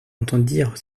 entendirent